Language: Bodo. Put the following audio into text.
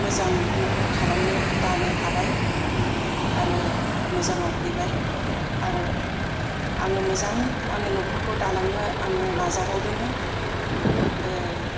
मोजां न'खर खालामनो दानो हाबाय आरो मोजाङाव फैबाय आरो आङो मोजां आङो न'खरखौ दालांनो आङो नाजाबावदों